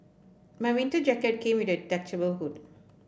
my winter jacket came with a detachable hood